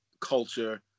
culture